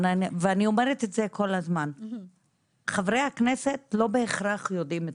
אני אומרת כל הזמן שחברי הכנסת לא בהכרח יודעים הכול.